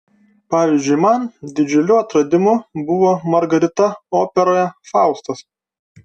pavyzdžiui man didžiuliu atradimu buvo margarita operoje faustas